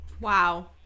wow